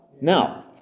Now